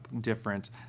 different